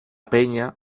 peña